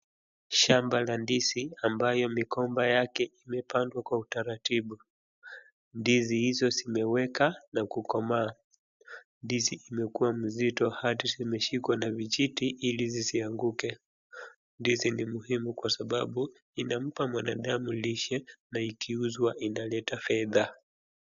Shamba la ndizi amabayo migomba yake imepandwa kwa utaratibu. Ndizi hizo zimeweka na kukomaa. Ndizi imekua mzito hadi imeshikwa na vijiti ili zisianguke. Ndizi ni muhimu kwa sababu inampa mwanadamu lishe na ikiuzwa inaleta fedha.